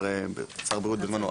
שר הבריאות בזמנו,